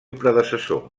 predecessor